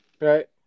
right